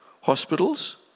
Hospitals